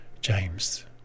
james